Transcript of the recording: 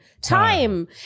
Time